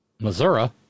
Missouri